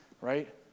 right